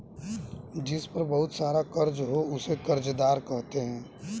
जिस पर बहुत सारा कर्ज हो उसे कर्जदार कहते हैं